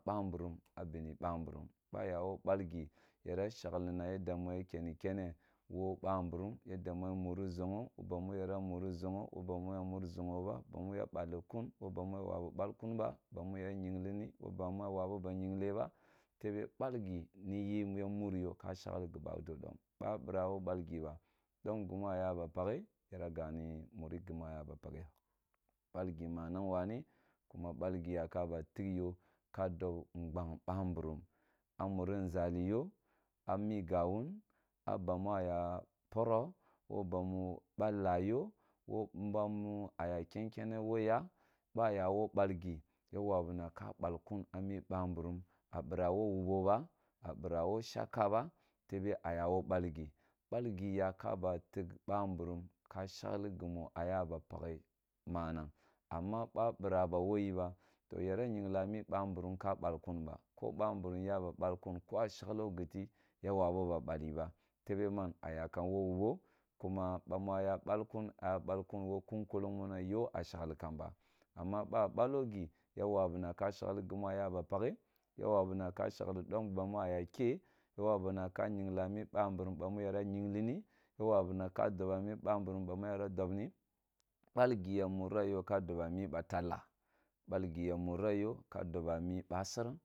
Bamburum abini bamburum ba ya yo bayi yara shaghi na yadda ya kenni kene wo bamburum yadda mu ya muri ʒogha wo bamu ya muri-ogho wo bamu yawaban balkum ba bamun ya yenli wo bamu ya wabu ba gingle ba tebe malgi m yi ya muriya ka shahi gibado dm na bira wo balgi ba dom gimu a yaba pakhe yara gani muri gimu a yaba pakge balgi manang waneamma balgi yakum a ba tikyo ka dob nbang bamburum a muri nʒali yo a migyawum a bamu a ya poro wo bamu balao yo wo mbamu a ya ken kene wo ya no aya wo balgi ya wabunaka balunb a mu bamburum a bira no wubo ba a bira wo shla ba tebe a yawo balgi balgi ya ka ba tigh bamburum ka shagli gimu a yaba pakhe manag amma ba biraba wo yi to yara mu bamburum ka balkum bako bamburum yaba balkum baa shagha giti ya wabu ba bale ba tebe mun a yakum wo wubo kume bamu a ya balkum a ya balkum wo kun kulung muna yo a shagli kan be amma ba balogi ya wabuna ken shagli gimu ayaba pakhe ya wabura ka shagh dom bamu a ya ke yawabuna ka yingle ni ya wbuna ka doba mu bamburum bamu riya dogni balgi ya mira ye ka dooba me ba talla balgi ya mura yo ka doba mi basereng